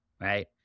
right